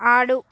ఆడు